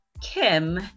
Kim